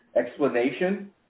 explanation